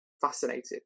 fascinated